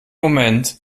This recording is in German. moment